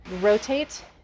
rotate